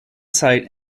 site